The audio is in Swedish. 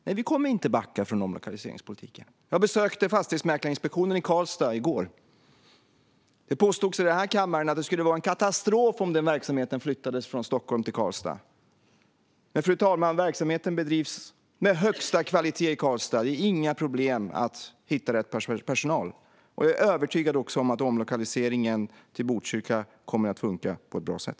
Nej, vi kommer inte att backa från omlokaliseringspolitiken. Jag besökte Fastighetsmäklarinspektionen i Karlstad i går. Det påstods i den här kammaren att det skulle vara en katastrof om den verksamheten flyttades från Stockholm till Karlstad. Men, fru talman, verksamheten bedrivs med högsta kvalitet i Karlstad. Det är inga problem att hitta rätt personal. Jag är övertygad om att också omlokaliseringen till Botkyrka kommer att funka på ett bra sätt.